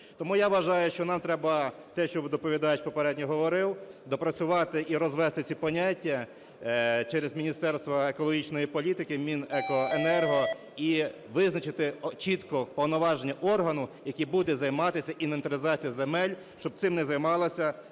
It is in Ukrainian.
Тому я вважаю, що нам треба те, що доповідач попередньо говорив, допрацювати і розвести ці поняття через Міністерство екологічної політики, Мінекоенерго, і визначити чітко повноваження органу, який буде займатися інвентаризацією земель, щоб цим не займалось